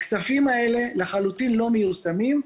הכספים האלה לחלוטין לא מיושמים,